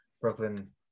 Brooklyn